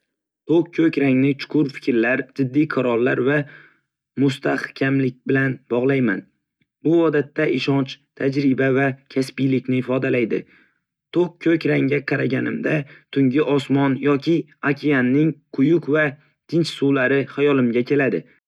To'q ko‘k rangni chuqur fikrlar, jiddiy qarorlar va mustahkamlik bilan bog‘layman. U odatda ishonch, tajriba va kasbiylikni ifodalaydi. To'q ko‘k rangga qaraganimda, tungi osmon yoki okeanning quyuq va tinch suvlari xayolimga keladi.